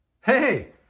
Hey